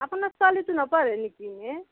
আপোনাৰ ছোৱালীটো নপঢ়ে নিকি হে